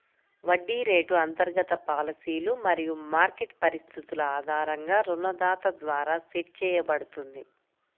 వడ్డీ రేటు అంతర్గత పాలసీలు మరియు మార్కెట్ పరిస్థితుల ఆధారంగా రుణదాత ద్వారా సెట్ చేయబడుతుంది